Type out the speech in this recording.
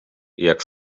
jak